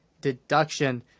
deduction